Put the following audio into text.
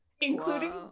Including